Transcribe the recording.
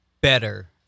better